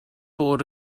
bod